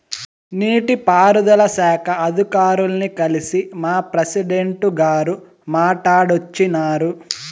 నీటి పారుదల శాఖ అధికారుల్ని కల్సి మా ప్రెసిడెంటు గారు మాట్టాడోచ్చినారు